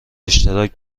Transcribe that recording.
اشتراک